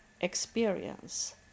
experience